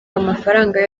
amafaranga